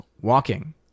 walking